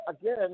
again